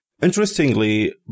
interestingly